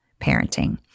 parenting